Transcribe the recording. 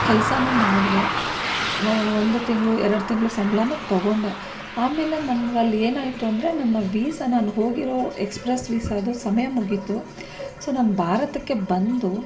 ಕೆಲಸನೂ ಮಾಡಿದೆ ಒಂದು ತಿಂಗಳು ಎರಡು ತಿಂಗಳು ಸಂಬಳನೂ ತೊಗೊಂಡೆ ಆಮೇಲೆ ನನಗಲ್ಲಿ ಏನಾಯಿತು ಅಂದರೆ ನನ್ನ ವೀಸಾ ನಾನು ಹೋಗಿರೋ ಎಕ್ಸ್ಪ್ರೆಸ್ ವೀಸಾ ಅದು ಸಮಯ ಮುಗಿತು ಸೊ ನಾನು ಭಾರತಕ್ಕೆ ಬಂದು